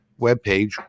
webpage